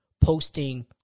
Posting